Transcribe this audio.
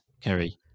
Kerry